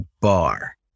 bar